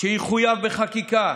שיחויב בחקיקה,